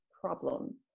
problem